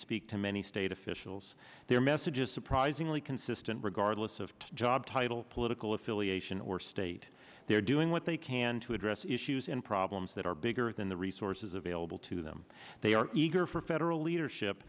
speak to many state officials their message is surprisingly consistent regardless of job title political affiliation or state they're doing what they can to address issues and problems that are bigger than the resources available to them they are eager for federal leadership